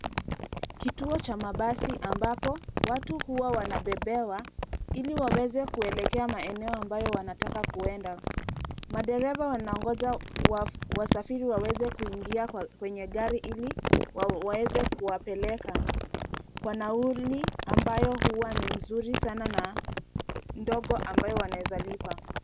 Kituo cha mabasi ambapo watu huwa wanabebewa ili waweze kuelekea maeneo ambayo wanataka kuenda. Madereva wanangoja wasafiri waweze kuingia kwenye gari ili waweze kuwapeleka kwa nauli ambayo huwa ni nzuri sana na ndogo ambayo wanaweza lipa.